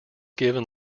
given